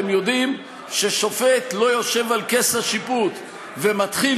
אתם יודעים ששופט לא יושב על כס השיפוט ומתחיל